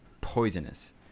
poisonous